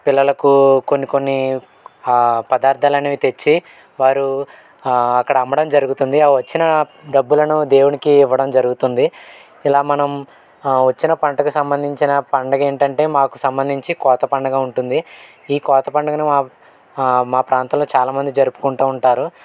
పిల్లలకు కొన్ని కొన్ని పదార్థాలనేవి తెచ్చి వారు అక్కడ అమ్మడం జరుగుతుంది వచ్చిన డబ్బులను దేవునికి ఇవ్వడం జరుగుతుంది ఇలా మనం వచ్చిన పంటకు సంబంధించిన పండగ ఏంటంటే మాకు సంబంధించి కోత పండగ ఉంటుంది ఈ కోత పండుగను మా మా ప్రాంతంలో చాలా మంది జరుపుకుంటా ఉంటారు